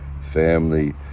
family